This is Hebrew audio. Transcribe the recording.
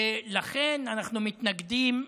ולכן אנחנו מתנגדים,